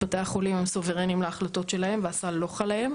בתי החולים הם סוברנים להחלטות שלהם והסל לא חל עליהם.